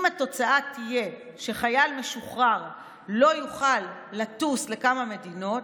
אם התוצאה תהיה שחייל משוחרר לא יוכל לטוס לכמה מדינות,